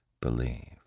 believe